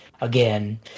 again